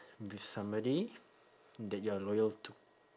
be with somebody that you're loyal to